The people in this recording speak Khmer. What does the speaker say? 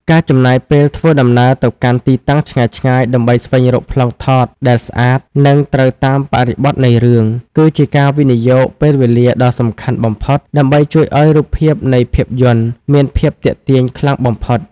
ការចំណាយពេលធ្វើដំណើរទៅកាន់ទីតាំងឆ្ងាយៗដើម្បីស្វែងរកប្លង់ថតដែលស្អាត និងត្រូវតាមបរិបទនៃរឿង គឺជាការវិនិយោគពេលវេលាដ៏សំខាន់ដើម្បីជួយឱ្យរូបភាពនៃភាពយន្តមានភាពទាក់ទាញខ្លាំងបំផុត។